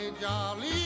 jolly